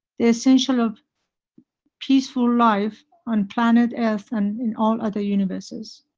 the essential of peaceful life on planet earth and in all other universes.